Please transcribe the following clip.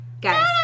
guys